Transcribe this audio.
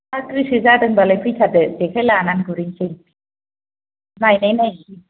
हा गोसो जादोंबालाय फैथारदो जेखाय लानानै गुरहैसै नायनाय नायसै